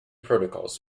protocols